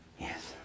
Yes